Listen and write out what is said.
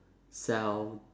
self